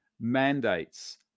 mandates